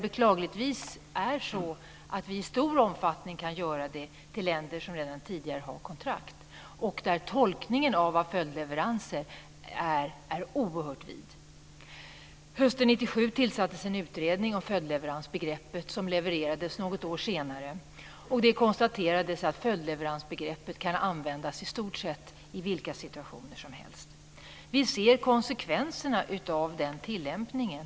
Beklagligtvis kan vi exportera till länder som redan har kontrakt - tolkningen av vad som är följdleveranser är där oerhört vid. Hösten 1997 tillsattes en utredning vad gäller följdleveransbegreppet, och ett betänkande levererades något år senare. Det konstaterades att följdleveransbegreppet kan användas i stort sett i vilka situationer som helst. Vi ser nu konsekvenserna av den tillämpningen.